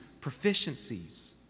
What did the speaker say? proficiencies